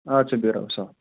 اَدٕ سا بیٚہہ رۄبس حوال